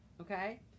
okay